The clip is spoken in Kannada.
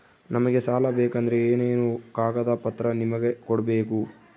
ನಮಗೆ ಸಾಲ ಬೇಕಂದ್ರೆ ಏನೇನು ಕಾಗದ ಪತ್ರ ನಿಮಗೆ ಕೊಡ್ಬೇಕು?